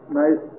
nice